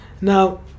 Now